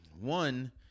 one